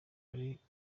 aricyo